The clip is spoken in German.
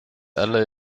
alle